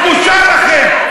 בושה לכם.